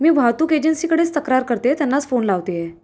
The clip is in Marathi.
मी वाहतूक एजन्सीकडेच तक्रार करते त्यांनाच फोन लावते आहे